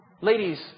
Ladies